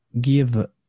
give